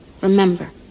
Remember